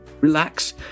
relax